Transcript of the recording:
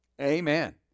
Amen